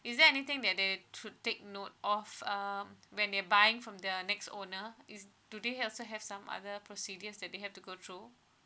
is there anything that they should take note of um when they buying from the next owner is do they also have some other procedures that they have to go through